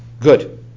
Good